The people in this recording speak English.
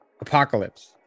apocalypse